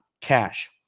cash